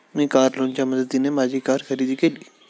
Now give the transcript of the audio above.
मी car लोनच्या मदतीने माझी कार खरेदी केली